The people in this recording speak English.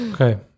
Okay